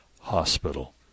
Hospital